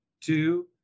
two